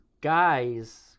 guy's